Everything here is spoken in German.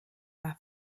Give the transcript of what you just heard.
war